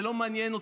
זה לא מעניין אותי,